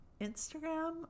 instagram